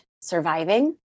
surviving